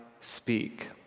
speak